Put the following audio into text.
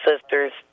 sisters